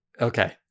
Okay